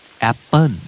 Apple